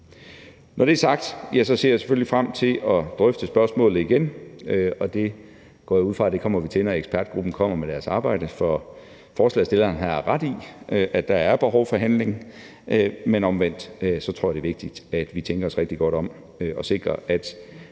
Når det er sagt, ser jeg selvfølgelig frem til at drøfte spørgsmålet igen, og det går jeg ud fra vi kommer til, når ekspertgruppen kommer med deres arbejde. For forslagsstilleren har ret i, at der er behov for handling, men omvendt tror jeg, det er vigtigt, at vi tænker os rigtig godt om og sikrer, at